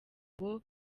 ngo